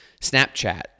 Snapchat